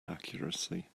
accuracy